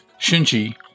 Shinji